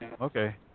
okay